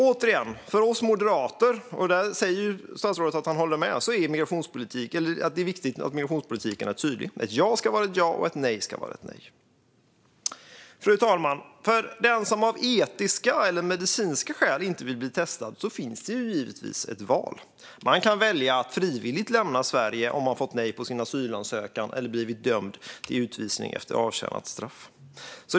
Återigen: För oss moderater - och statsrådet säger att han håller med - är det viktigt att migrationspolitiken är tydlig. Ett ja ska vara ett ja, och ett nej ska vara ett nej. Fru talman! För den som av etiska eller medicinska skäl inte vill bli testad finns det givetvis ett val. Man kan välja att frivilligt lämna Sverige om man fått nej på sin asylansökan eller blivit dömd till utvisning efter avtjänat straff.